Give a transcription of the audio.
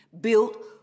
built